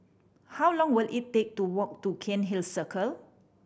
how long will it take to walk to Cairnhill Circle